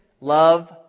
love